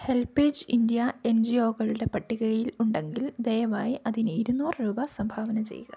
HelpAge India N G ഒകളുടെ പട്ടികയിൽ ഉണ്ടെങ്കിൽ ദയവായി അതിന് ഇരുന്നൂറ് രൂപ സംഭാവന ചെയ്യുക